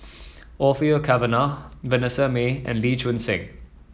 Orfeur Cavenagh Vanessa Mae and Lee Choon Seng